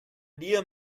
dear